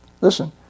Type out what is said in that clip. Listen